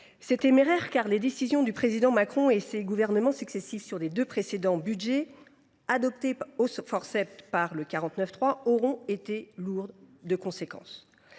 C’est téméraire, tant les décisions du président Macron et de ses gouvernements successifs lors des deux précédents budgets, adoptés au forceps par 49.3, auront été lourdes de conséquences.